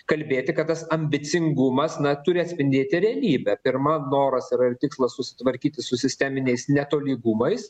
kalbėti kad tas ambicingumas na turi atspindėti realybę pirma noras ir tikslas susitvarkyti su sisteminiais netolygumais